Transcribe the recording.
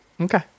Okay